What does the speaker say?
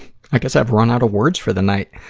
i guess i've run out of words for the night.